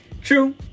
True